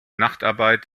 nachtarbeit